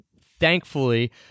Thankfully